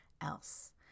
else